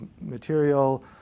material